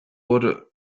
wurde